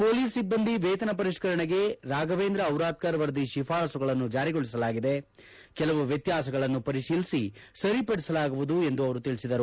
police ಸಿಬ್ಬಂದಿ ವೇತನ ಪರಿಷ್ಕರಣೆಗೆ ರಾಫವೇಂದ್ರ ಔರಾದ್ದರ್ ವರದಿ ಶಿಫಾರಸುಗಳನ್ನು ಜಾರಿಗೊಳಿಸಲಾಗಿದೆ ಕೆಲವು ವ್ಯತ್ಯಾಸಗಳನ್ನು ಪರಿಶೀಲಿಸಿ ಸರಿಪಡಿಸಲಾಗುವುದು ಎಂದು ಅವರು ತಿಳಿಸಿದರು